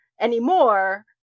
anymore